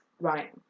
Right